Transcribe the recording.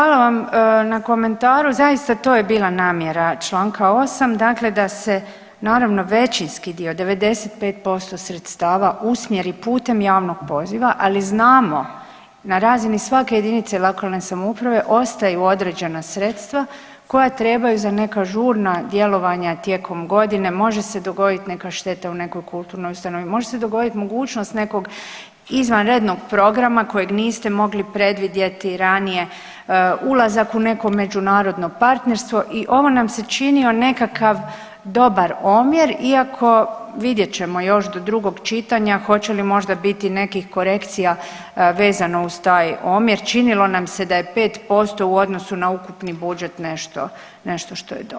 Hvala vam na komentaru, zaista to je bila namjera čl. 8., dakle da se naravno većinski dio 95% sredstava usmjeri putem javnog poziva, ali znamo na razini svake JLS ostaju određena sredstava koja trebaju za neka žurna djelovanja tijekom godine, može se dogodit neka šteta u nekoj kulturnoj ustanovi, može se dogodit mogućnost nekog izvanrednog programa kojeg niste mogli predvidjeti ranije, ulazak u neko međunarodno partnerstvo i ovo nam se činio nekakav dobar omjer iako vidjet ćemo još do drugog čitanja hoće li možda biti nekih korekcija vezano uz taj omjer, činilo nam se da je 5% u odnosu na ukupni budžet nešto, nešto što je dobro.